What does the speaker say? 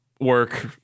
work